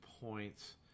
points